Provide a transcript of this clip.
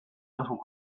little